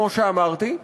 כמו שאמרתי,